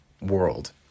world